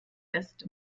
ist